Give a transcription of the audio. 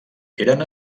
eren